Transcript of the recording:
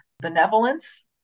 benevolence